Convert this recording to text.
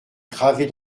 gravés